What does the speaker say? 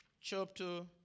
chapter